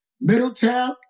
Middletown